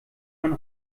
man